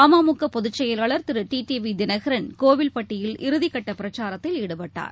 அம்முகபொதுச்செயலாளர் திரு D டிவிதினகரன் கோவில்பட்டியில் இறுதிக்கட்டபிரச்சாரத்தில் ஈடுபட்டார்